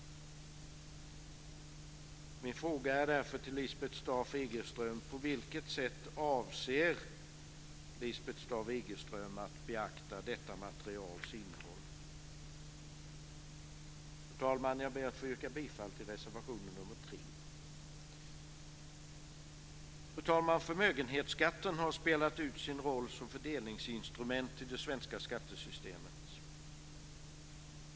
Min fråga är därför: På vilket sätt avser Lisbeth Staaf-Igelström att beakta detta materials innehåll? Fru talman! Jag ber att få yrka bifall till reservation nr 3. Fru talman! Förmögenhetsskatten har spelat ut sin roll som fördelningsinstrument i det svenska skattesystemet.